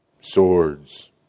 Swords